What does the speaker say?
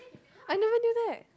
I never knew that